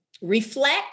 reflect